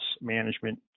Management